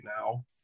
now